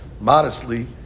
modestly